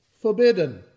forbidden